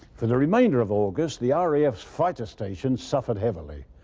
for the remainder of august the ah raf's fighter stations suffered heavily.